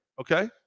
Okay